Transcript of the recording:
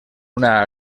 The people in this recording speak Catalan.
una